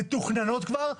מתוכננות כבר,